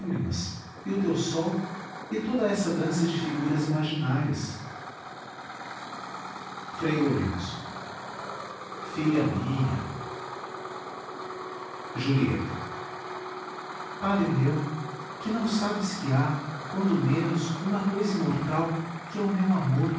lágrimas e o teu sol e toda essa dança de figuras imaginárias frei lourenço filha minha julieta padre meu que não sabes que há quando menos uma cousa imortal que é o meu amor